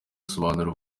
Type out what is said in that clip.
asobanura